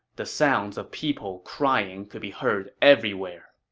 the sounds of people crying could be heard everywhere.